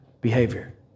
behavior